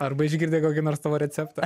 arba išgirdę kokį nors tavo receptą